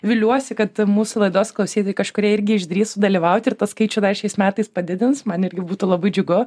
viliuosi kad mūsų laidos klausytojai kažkurie irgi išdrįs sudalyvauti ir tą skaičių dar šiais metais padidins man irgi būtų labai džiugu